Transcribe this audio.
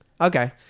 Okay